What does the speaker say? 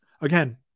Again